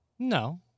No